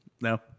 No